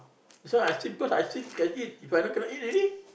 this one I because I still can eat If I now cannot eat already